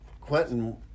Quentin